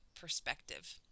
perspective